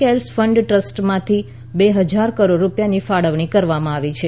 CARES fund ટ્રસ્ટમાંથી બે ફજાર કરોડ રૂપિયાની ફાળવણી કરવામાં આવી છે